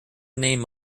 name